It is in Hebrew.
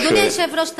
אדוני היושב-ראש,